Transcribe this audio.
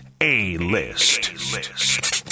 A-List